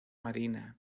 marina